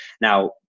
now